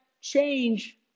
change